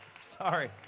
Sorry